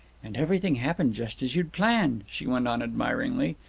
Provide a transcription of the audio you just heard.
and everything happened just as you'd planned, she went on admiringly.